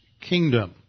kingdom